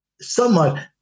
Somewhat